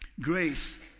Grace